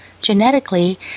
Genetically